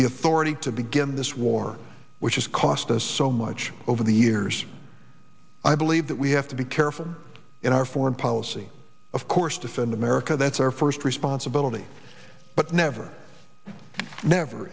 the authority to begin this war which has cost us so much over the years i believe that we have to be careful in our foreign policy of course defend america that's our first responsibility but never never